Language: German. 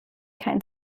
kein